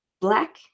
black